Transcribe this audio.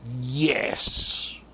yes